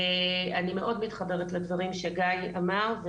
אני מאוד מתחברת לדברים שגיא אמר,